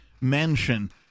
mansion